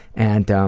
and